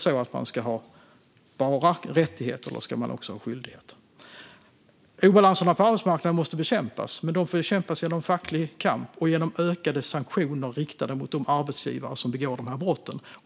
Ska de bara ha rättigheter, eller ska de också ha skyldigheter? Obalanserna på arbetsmarknaden måste bekämpas, men de får bekämpas genom facklig kamp och genom ökade sanktioner riktade mot de arbetsgivare som begår de här brotten.